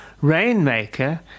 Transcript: Rainmaker